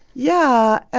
yeah.